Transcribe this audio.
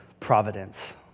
Providence